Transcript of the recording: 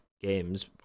games